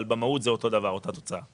אבל במהות זה אותו דבר, אותה תוצאה.